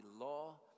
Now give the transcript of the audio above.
law